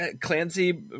Clancy